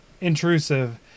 intrusive